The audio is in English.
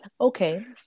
okay